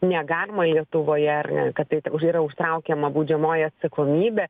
negalima lietuvoje ar ne kad taip yra užtraukiama baudžiamoji atsakomybė